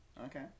Okay